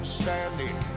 standing